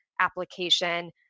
application